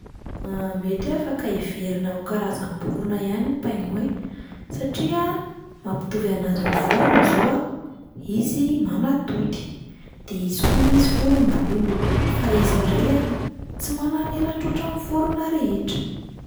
Mety hoe afaka heverina ho karazam-borona ihany ny pingouin, satria mampitovy anazy amin'ny vorona zao a, izy manatody, de izy koa misy volombolony, fa izy indray a tsy manan'elatra ohatran'ny vorona rehetra.